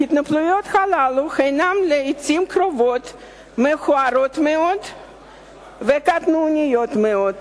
ההתנפלויות הללו הן לעתים קרובות מכוערות מאוד וקטנוניות מאוד,